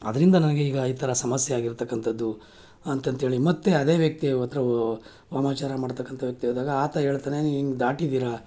ಅದರಿಂದ ನನಗೆ ಈಗ ಈ ಥರ ಸಮಸ್ಯೆ ಆಗಿರತಕ್ಕಂಥದ್ದು ಅಂತಂಥೇಳಿ ಮತ್ತು ಅದೇ ವ್ಯಕ್ತಿ ಹತ್ರ ಓ ವಾಮಾಚಾರ ಮಾಡತಕ್ಕಂಥ ವ್ಯಕ್ತಿ ಹೋದಾಗ ಆತ ಹೇಳ್ತಾನೆ ನೀವು ಹಿಂಗೆ ದಾಟಿದ್ದೀರ